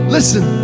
Listen